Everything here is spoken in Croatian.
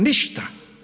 Ništa.